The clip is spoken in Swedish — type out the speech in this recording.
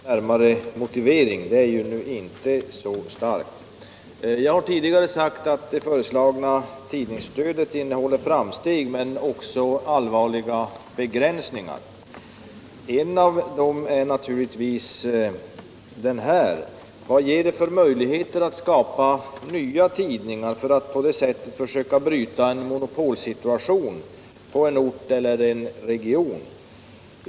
Herr talman! Herr Svensson i Eskilstuna yrkade avslag på våra reservationer utan närmare motivering. Det är inte så starkt. Jag har tidigare sagt att det förslagna tidningsstödet innebär fram= = steg men också allvarliga begränsningar. Vad ger det för möjligheter att — Stöd till dagspresskapa nya tidningar för att på det sättet försöka bryta en monopolsituation — sen på en ort eller i en region?